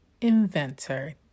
inventor